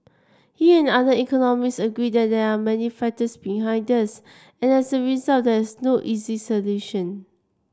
he and other economist agreed there many factors behind this and as a result there is no easy solution